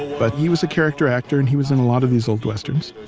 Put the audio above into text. but he was a character actor, and he was in a lot of these old westerns.